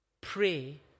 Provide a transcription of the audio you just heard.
pray